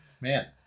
Man